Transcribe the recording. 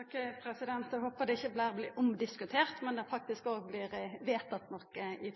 Eg håpar at det ikkje berre vert omdiskutert, men at det faktisk òg vert vedtatt noko i